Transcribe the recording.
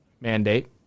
mandate